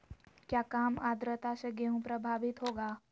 क्या काम आद्रता से गेहु प्रभाभीत होगा?